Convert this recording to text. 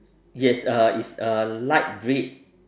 yes uh it's a light red